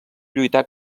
lluitar